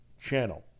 channel